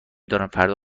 دارم، فردا